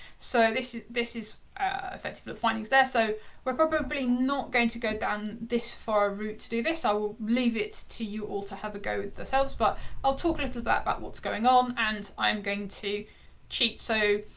so this is this is the particular findings there, so we're probably not going to go down this far route to do this. i will leave it to you all to have a go with yourselves, but i'll talk a little about but what's going on and i'm going to cheat. so,